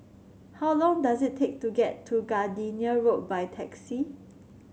how long does it take to get to Gardenia Road by taxi